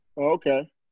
Okay